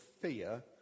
fear